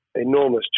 enormous